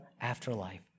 afterlife